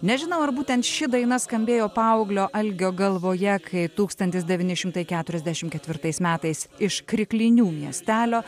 nežinau ar būtent ši daina skambėjo paauglio algio galvoje kai tūkstantis devyni šimtai keturiasdešim ketvirtais metais iš kriklinių miestelio